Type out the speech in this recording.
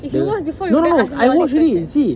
if you watched before you won't ask me all these questions